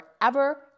forever